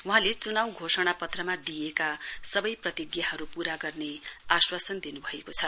वहाँले चुनाउ घोषणा पत्रमा दिइएका सबै प्रतिज्ञाहरु पूरा गर्ने आश्वासन दिनु भएको छ